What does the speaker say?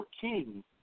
king